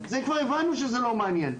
זה כבר הבנו שזה לא מעניין.